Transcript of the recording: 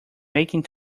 making